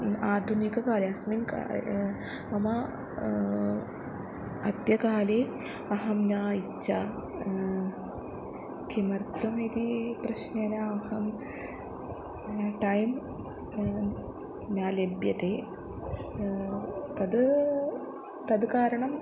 आधुनिककाले अस्मिन् काले मम अद्य काले अहं न इच्छा किमर्थमिति प्रश्नेन अहं टैम् न लभ्यते तद् तद् कारणम्